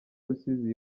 rusizi